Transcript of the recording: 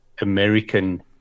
American